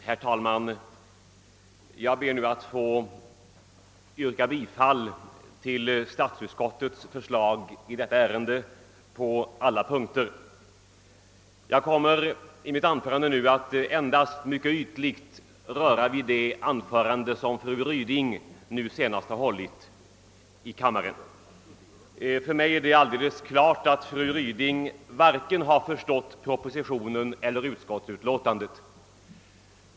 Herr talman! Jag ber nu att få yrka bifall till statsutskottets förslag i detta ärende på alla punkter. Jag kommer i mitt anförande att endast mycket ytligt beröra det anförande som fru Ryding just har hållit i kammaren. För mig står det klart att fru Ryding inte har förstått vare sig propositionen eller utskottsutlatandet.